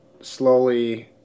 slowly